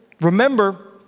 remember